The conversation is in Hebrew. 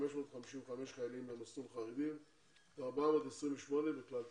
מתוכם 555 חיילים במסלול חרדי ו-428 בכלל צה"ל.